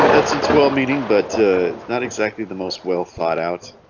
i mean it's it's well-meaning but not exactly the most well-thought-out